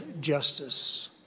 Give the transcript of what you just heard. justice